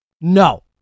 No